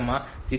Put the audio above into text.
5 કરશે